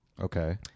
Okay